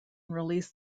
released